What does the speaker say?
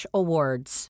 awards